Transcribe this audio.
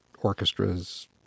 orchestras